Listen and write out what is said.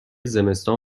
زمستان